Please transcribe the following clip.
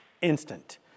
instant